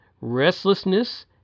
restlessness